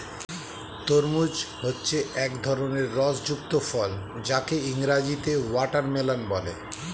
তরমুজ হচ্ছে এক ধরনের রস যুক্ত ফল যাকে ইংরেজিতে ওয়াটারমেলান বলে